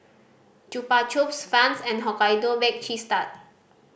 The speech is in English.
Chupa Chups Vans and Hokkaido Baked Cheese Tart